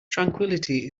tranquillity